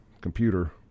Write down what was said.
computer